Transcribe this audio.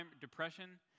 depression